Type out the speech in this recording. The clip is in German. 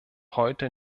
heute